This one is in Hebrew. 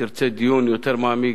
תרצה דיון יותר מעמיק,